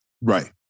Right